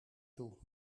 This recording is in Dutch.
toe